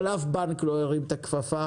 אבל אף בנק לא הרים את הכפפה.